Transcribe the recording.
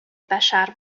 بشر